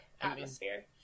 atmosphere